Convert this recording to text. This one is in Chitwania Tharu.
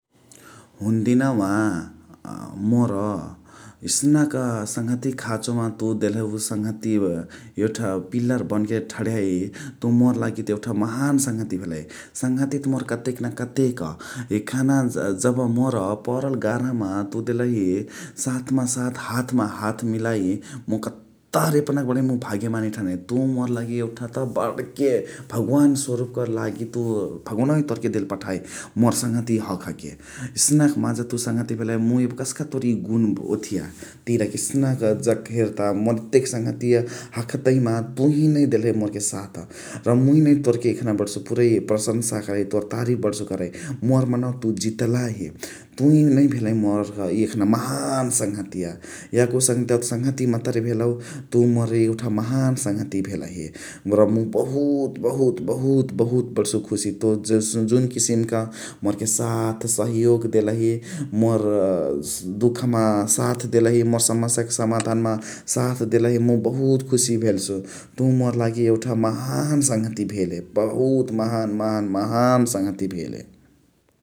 हुन दिनवा मोर एस्नका सङ्हतिया खाचो मा तुइ देले यउठा पिलर बन के ठडियाइ, तुइ मोर लागी त यउठा महान सङ्हतिया भेलही । सङ्हतिया मोर कतेक न कतेक यखाने जब मोर पलर गाहमा, तुइ देलही तात्मा तात हाथ मा हाथ मिलाइ मुइ कतहर यपना के भागय मानी ठानइ । तुइ मोर लागी त यउठा बणके भग्वान सोरुप क लागी भगोनइ तोर्के देले पठाइ मोर सङ्हतिया हखके । एनक माजा तुइ सङ्हतिया भेलही मुइ यब कस्का तोर इ गुन ओथिया तिरके । एस्नक हेर्ता मोर एतेक सङ्हतिया हखतही मा तुहिनइ देलही मोर के साथ र मुइ नइ बणसु तोर के यखाने पुरइ प्रसम्सा करइ, तोर तारिफ करइ । मोर मनवा तुइ जितलही । तुही नै भेलही मोर इ यखना महान सङ्हतिया याको सङ्हतेयावा त सङ्हतिया मतरे भेलउ । तुइ मोर इ यउठा महान सङ्हतिया भेलही र मुइ बहुत बहुत बहुत बहुत बर्णसु खुशी तुइ जुन किसिम क मोर के साथ सहियोग देलही । मोर दुख मा साथ देलही मोर समस्याअ क समाधअन मा साथ देलही मुइ बहुत खुशी भेल्सु । तुइ मोर लागी यउठा महान सङ्हतिया भेले बहुत महान महान महान सङ्हतिया भेले ।